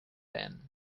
then